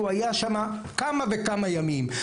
שהוא היה שם כמה וכמה ימים,